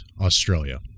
Australia